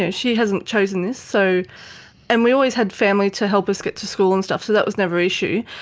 and she hasn't chosen this. so and we always had family to help us get to school and stuff, so that was never an issue.